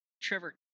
Trevor